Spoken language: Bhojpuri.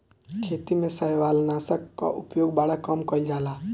खेती में शैवालनाशक कअ उपयोग बड़ा कम कइल जाला